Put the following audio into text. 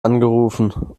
angerufen